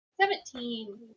Seventeen